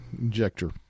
injector